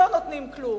לא נותנים כלום".